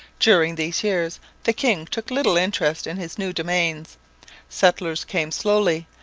during these years the king took little interest in his new domains settlers came slowly,